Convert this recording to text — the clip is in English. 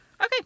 Okay